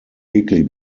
weekly